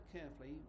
carefully